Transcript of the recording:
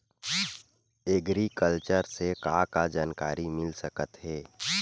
Agriculture से का का जानकारी मिल सकत हे?